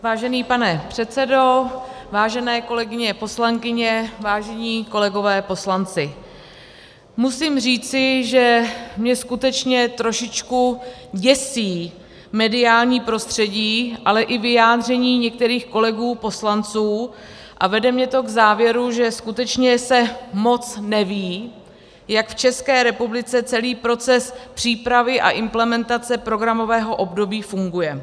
Vážený pane předsedo, vážené kolegyně poslankyně, vážení kolegové poslanci, musím říci, že mě skutečně trošičku děsí mediální prostředí, ale i vyjádření některých kolegů poslanců, a vede mě to k závěru, že skutečně se moc neví, jak v České republice celý proces přípravy a implementace programového období funguje.